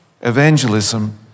Evangelism